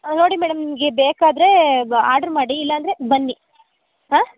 ನೋಡಿ ಮೇಡಮ್ ನಿಮಗೆ ಬೇಕಾದರೆ ಬ ಆರ್ಡ್ರು ಮಾಡಿ ಇಲ್ಲಾಂದರೆ ಬನ್ನಿ ಹಾಂ